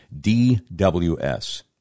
DWS